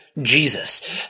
Jesus